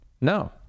No